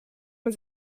man